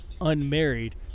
Unmarried